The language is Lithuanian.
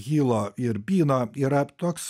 hilo ir byno yra toks